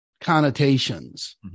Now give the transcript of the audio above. connotations